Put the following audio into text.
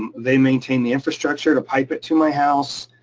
um they maintain the infrastructure to pipe it to my house.